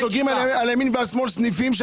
אתם סוגרים על ימין ועל שמאל סניפים,